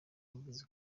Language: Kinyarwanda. yavuze